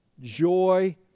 joy